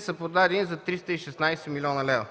са продадени за 316 млн. лв.;